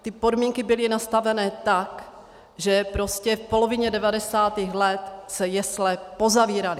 Ty podmínky byly nastavené tak, že v polovině devadesátých let se jesle pozavíraly.